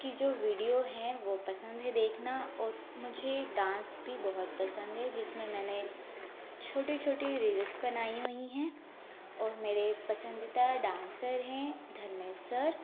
की जो वीडियो हैं वो पसंद है देखना और मुझे डांस भी बहुत पसंद है जिस में मैंने छोटी छोटी रील्स बनाई हुई हैं और मेरे पसंदीदा डांसर हैं धर्मेस सर